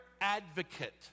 advocate